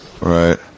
Right